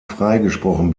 freigesprochen